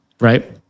Right